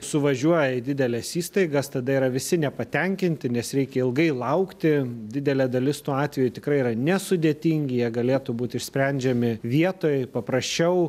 suvažiuoja į dideles įstaigas tada yra visi nepatenkinti nes reikia ilgai laukti didelė dalis tų atvejų tikrai yra nesudėtingi jie galėtų būt išsprendžiami vietoj paprasčiau